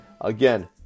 Again